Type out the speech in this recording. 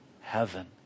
heaven